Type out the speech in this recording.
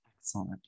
Excellent